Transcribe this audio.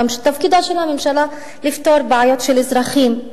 תפקידה של הממשלה הוא לפתור בעיות של אזרחים.